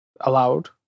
allowed